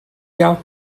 gars